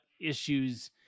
issues